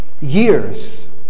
years